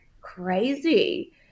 crazy